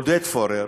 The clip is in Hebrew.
עודד פורר,